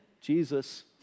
Jesus